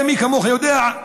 הרי מי כמוך יודע,